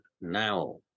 now